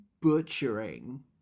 Butchering